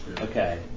Okay